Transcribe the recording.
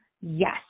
Yes